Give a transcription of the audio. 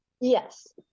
Yes